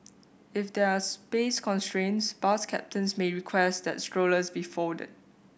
if there are space constraints bus captains may request that strollers be folded